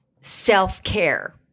self-care